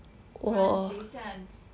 不然等一下